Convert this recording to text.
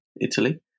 Italy